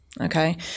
okay